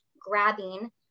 grabbing